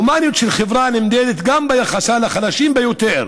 הומניות של חברה נמדדת גם ביחסה לחלשים ביותר,